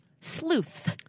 Sleuth